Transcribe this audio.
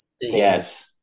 Yes